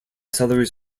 salaries